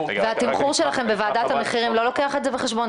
--- והתמחור שלכם בוועדת המחירים לא לוקח את זה בחשבון?